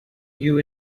you